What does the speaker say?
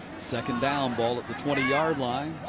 second down, ball at the twenty yard line.